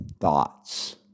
thoughts